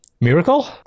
miracle